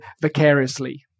vicariously